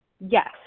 Yes